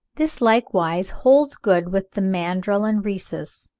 this likewise holds good with the mandrill and rhesus,